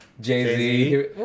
Jay-Z